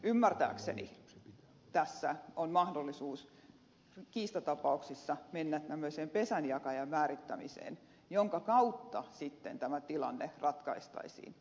ymmärtääkseni tässä on mahdollisuus kiistatapauksissa mennä tämmöiseen pesänjakajan määrittämiseen jonka kautta sitten tämä tilanne ratkaistaisiin